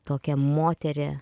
tokią moterį